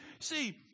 see